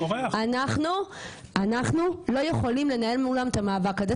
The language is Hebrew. אנחנו לא יכולים לנהל מולם את המאבק הזה.